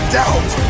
doubt